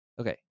Okay